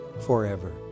forever